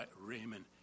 Raymond